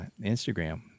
Instagram